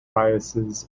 biases